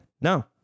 No